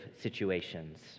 situations